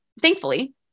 thankfully